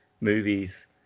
movies